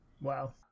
Wow